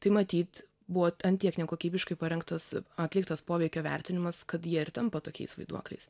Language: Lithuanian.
tai matyt buvo ant tiek nekokybiškai parengtas atliktas poveikio vertinimas kad jie ir tampa tokiais vaiduokliais